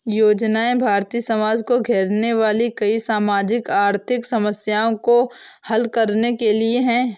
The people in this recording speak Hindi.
योजनाएं भारतीय समाज को घेरने वाली कई सामाजिक आर्थिक समस्याओं को हल करने के लिए है